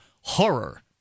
horror